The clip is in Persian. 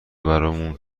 برامون